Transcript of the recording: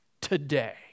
today